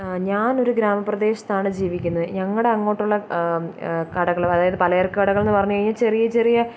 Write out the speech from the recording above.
ഞാൻ ഒരു ഗ്രാമപ്രദേശത്താണ് ജീവിക്കുന്നത് ഞങ്ങളുടെ അങ്ങോട്ടുള്ള കടകളും അതായത് പലചരക്ക് കടകളെ ന്ന് പറഞ്ഞു കഴിഞ്ഞാൽ ചെറിയ ചെറിയ